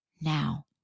now